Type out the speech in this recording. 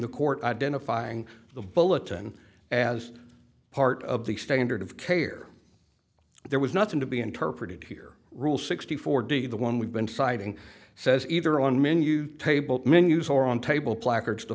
the court identifying the bulletin as part of the standard of care there was nothing to be interpreted here rule sixty four d the one we've been citing says either on menu table menus or on table placards t